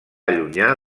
allunyar